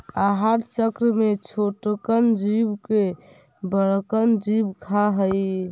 आहार चक्र में छोटकन जीव के बड़कन जीव खा हई